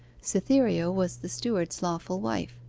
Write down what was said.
cytherea was the steward's lawful wife.